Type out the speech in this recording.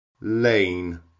lane